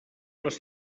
les